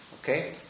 Okay